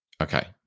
Okay